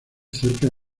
cerca